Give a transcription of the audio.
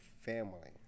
family